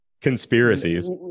Conspiracies